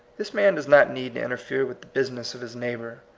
this man does not need to interfere with the business of his neighbor,